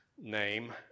name